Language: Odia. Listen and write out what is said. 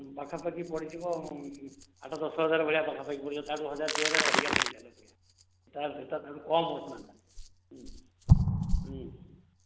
ପାଖାପାଖି ପଡ଼ିଯିବ ଆଠ ଦଶ ହଜାର ଭଳିଆ ପାଖପାଖି ପଡ଼ିଯିବ ତା ଠାରୁ ହଜାର ଦୁଇ ହଜାର ଅଧିକା ପଡ଼ିଯିବ ତା ଠାରୁ କମ୍ ଉଷୁନାଟା